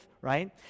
right